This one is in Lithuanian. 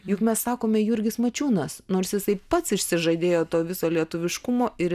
juk mes sakome jurgis mačiūnas nors jisai pats išsižadėjo to viso lietuviškumo ir